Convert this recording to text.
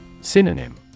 Synonym